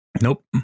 Nope